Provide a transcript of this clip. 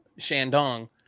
Shandong